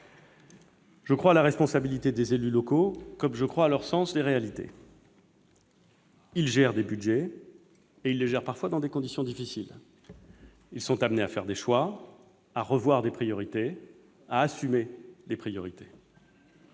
Je crois à la responsabilité des élus locaux, comme je crois à leur sens des réalités. Ils gèrent des budgets, parfois dans des conditions difficiles. Ils sont amenés à faire des choix, à assumer et parfois à revoir leurs priorités.